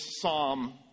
psalm